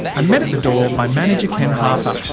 i'm met at the door by manager ken harper.